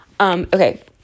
Okay